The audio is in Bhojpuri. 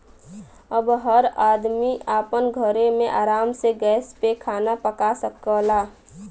अब हर आदमी आपन घरे मे आराम से गैस पे खाना पका सकला